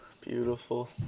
beautiful